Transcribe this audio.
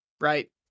right